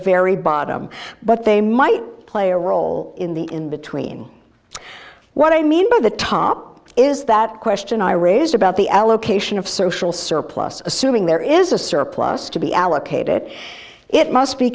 very bottom but they might play a role in the in between what i mean by the top is that question i raised about the allocation of social surplus assuming there is a surplus to be allocated it must be